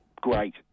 great